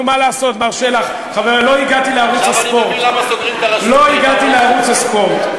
נו, מה לעשות, מר שלח, לא הגעתי לערוץ הספורט.